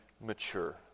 mature